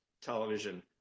television